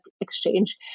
exchange